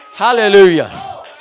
Hallelujah